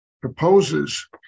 proposes